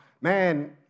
man